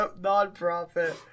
non-profit